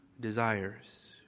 desires